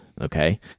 okay